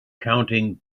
counting